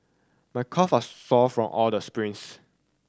my calve are sore from all the springs